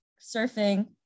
surfing